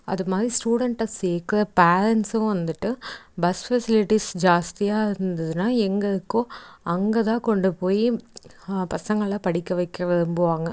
அது மாரி ஸ்டூடண்ட்டை சேர்க்குற பேரண்ட்ஸும் வந்துவிட்டு பஸ் ஃபெசிலிட்டிஸ் ஜாஸ்தியாக இருந்துதுன்னா எங்கேருக்கோ அங்கே தான் கொண்டு போய் பசங்களை படிக்க வைக்க விரும்புவாங்க